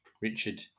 Richard